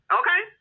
okay